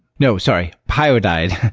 no. sorry. pyodide.